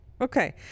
Okay